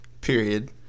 period